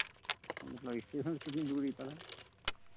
मतलब स्टेशन से कितनी दूरी पर है